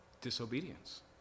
Disobedience